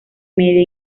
media